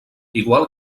igual